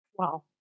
Wow